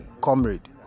comrade